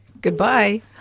Goodbye